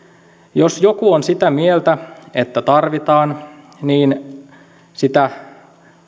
jos joku on sitä mieltä että tarvitsemme niin sitä